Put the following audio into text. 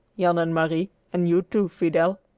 jan and marie, and you, too, fidel.